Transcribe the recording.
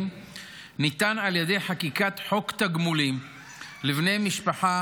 ניתן על ידי חקיקת חוק תגמולים לבני משפחה